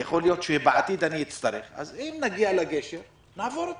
יכול להיות שבעתיד אצטרך אותו אז אם נגיע לגשר נחצה אותו.